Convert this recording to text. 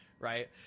right